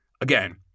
Again